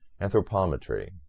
Anthropometry